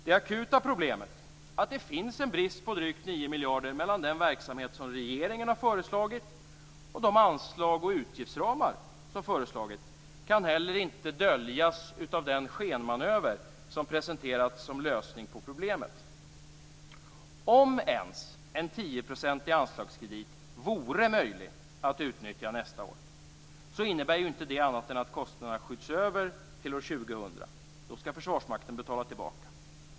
Det akuta problemet, att det finns en brist på drygt 9 miljarder mellan den verksamhet regeringen har föreslagit och de anslag och utgiftsramar som föreslagits, kan inte heller döljas av den skenmanöver som presenterats som lösning på problemet. Om ens en 10-procentig anslagskredit vore möjlig att utnyttja nästa år, så innebär det inte annat än att kostnaderna skjuts över till år 2000. Då skall Försvarsmakten betala tillbaka.